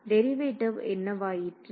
derivative என்னவாயிற்று